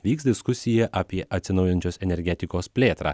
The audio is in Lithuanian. vyks diskusija apie atsinaujinančios energetikos plėtrą